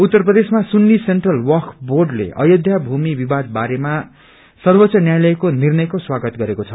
उत्तर प्रदेशमा सुन्नी सेन्ट्रल वक्फ बोर्डले अयोध्या भूमि विवाद बारेमा सर्वोच्च न्यायालयको निर्णयको स्वागत गरेको छ